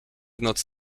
noc